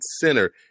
center